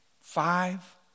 Five